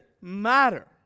matter